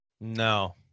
No